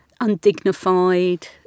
undignified